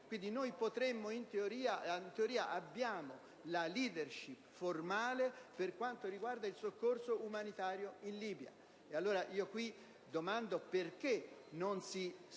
comando italiano. In teoria, abbiamo la *leadership* formale per quanto riguarda il soccorso umanitario in Libia. Allora, qui domando perché non si spinga